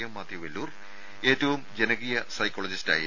M Mathew Vellore ഏറ്റവും ജനകീയ psychology സ്റ്റായിരുന്നു